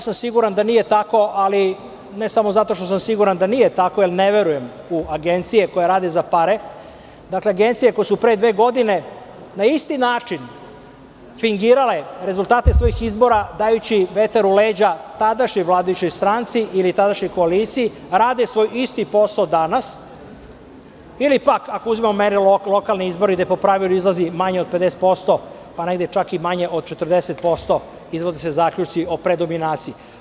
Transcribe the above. Siguran sam da nije tako, ali ne samo zato što sam siguran da nije tako, jer ne verujem u agencije koje rade za pare, agencije koje su pre dve godine na isti način fingirale rezultate svojih izbora, dajući vetar u leđa tadašnjoj vladajućoj stranci ili tadašnjom koaliciji, a rade svoj isti posao i danas ili pak, ako uzmemo merilo lokalne izbore gde po pravilu izlazi manje od 50%, negde čak i manje od 40%, iznose se zaključci o predominaciji.